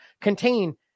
Contain